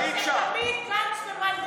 זה תמיד גנץ ומנדלבליט.